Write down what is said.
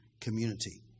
community